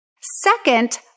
Second